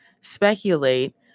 speculate